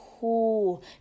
cool